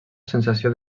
sensació